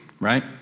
right